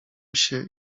się